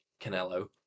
Canelo